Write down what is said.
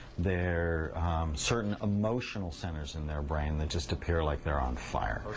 their certain emotional centers in their brain that just appear like their on fire.